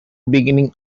beginning